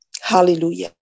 Hallelujah